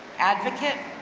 advocate,